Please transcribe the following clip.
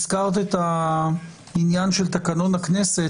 הזכרת את עניין תקנון הכנסת,